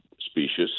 specious